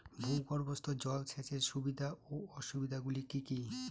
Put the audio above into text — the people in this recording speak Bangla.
ভূগর্ভস্থ জল সেচের সুবিধা ও অসুবিধা গুলি কি কি?